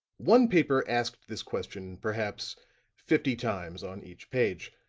one paper asked this question perhaps fifty times on each page.